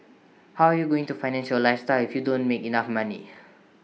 how are you going to finance your lifestyle if you don't make enough money